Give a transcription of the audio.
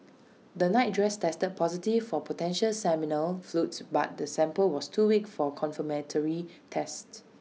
the nightdress tested positive for potential seminal fluids but the sample was too weak for confirmatory tests